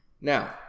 now